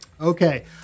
Okay